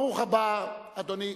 ברוך הבא, אדוני.